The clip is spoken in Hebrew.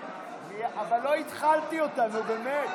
אבל לא התחלתי אותה, נו, באמת.